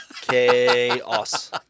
Chaos